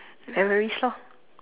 memories lor